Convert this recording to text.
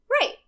Right